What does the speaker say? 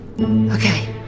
Okay